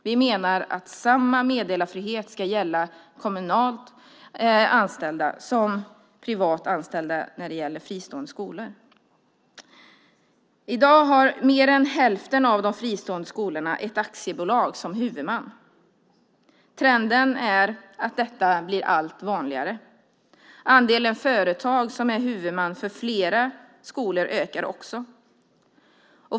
Vi menar att samma meddelarfrihet ska gälla för kommunalt anställda som privat anställda när det gäller fristående skolor. I dag har mer än hälften av de fristående skolorna ett aktiebolag som huvudman. Trenden är att detta blir allt vanligare. Andelen företag som är huvudman för flera skolor ökar också.